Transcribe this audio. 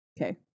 Okay